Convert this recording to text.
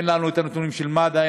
אין לנו נתונים של מד"א,